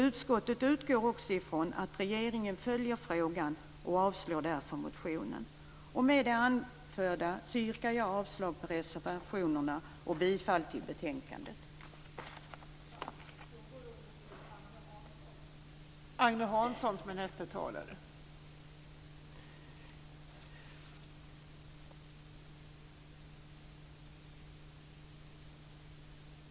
Utskottet utgår också från att regeringen följer frågan och avslår därför motionen. Med det anförda yrkar jag avslag på reservationerna och bifall till hemställan i betänkandet.